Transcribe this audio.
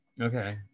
Okay